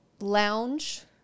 lounge